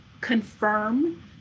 confirm